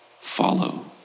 Follow